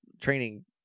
training